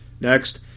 Next